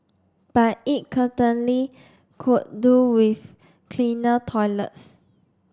but it could do with cleaner toilets